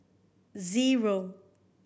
zero